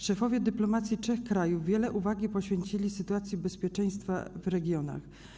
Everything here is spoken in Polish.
Szefowie dyplomacji trzech krajów wiele uwagi poświęcili sytuacji bezpieczeństwa w regionach.